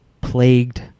plagued